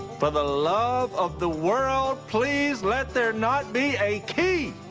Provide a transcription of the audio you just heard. but the love of the world, please, let there not be a key!